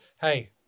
hey